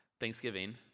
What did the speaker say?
Thanksgiving